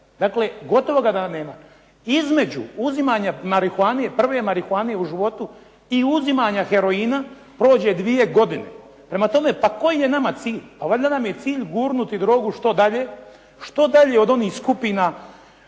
dakle gotovo da ga nema. Između uzimanja prve marihuane u životu i uzimanja heroina prođe 2 godine. Prema tome, pa koji je nama cilj? Pa valjda nam je cilj gurnuti drogu što dalje od onih skupina,